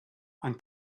and